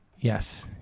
Yes